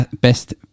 best